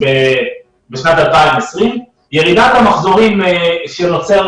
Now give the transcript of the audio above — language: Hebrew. בשנת 2020. ירידת המחזורים שנוצרת,